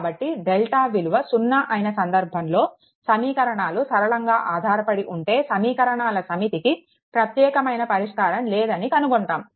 కాబట్టి డెల్టా విలువ సున్నా అయిన సందర్భంలో సమీకరణాలు సరళంగా ఆధారపడి ఉంటే సమీకరణాల సమితికి ప్రత్యేకమైన పరిష్కారం లేదని కనుగొంటాము